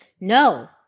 No